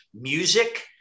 music